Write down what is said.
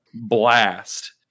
blast